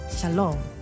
Shalom